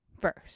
first